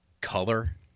color